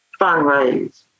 fundraise